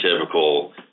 typical